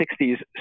1960s